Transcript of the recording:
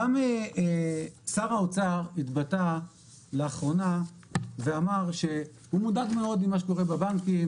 גם שר האוצר התבטא לאחרונה ואמר שהוא מודאג מאוד ממה שקורה בבנקים